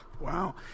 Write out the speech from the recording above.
Wow